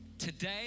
Today